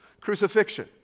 crucifixion